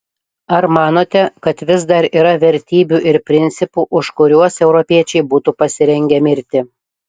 ar manote kad vis dar yra vertybių ir principų už kuriuos europiečiai būtų pasirengę mirti